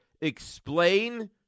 Explain